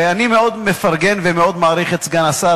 אני מאוד מפרגן ומאוד מעריך את סגן השר.